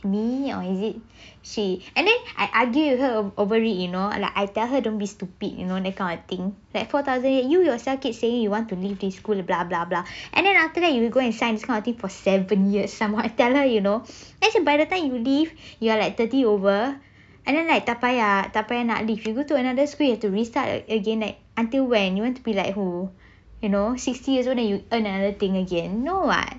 me or is it she and then I I argue with her over it you know like I tell her don't be stupid you know that kind of thing that four thousand you yourself keep saying you want to leave the school blah blah blah and then after that you go and sign this kind of thing for seven years some more I tell her you know then by the time you leave leave you are like thirty over and then tak payh tak payah nak leave then you go to another school you have to restart again like until when you want to be like who you know sixty year old then you earn another thing again no [what]